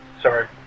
Sorry